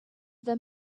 them